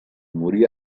morir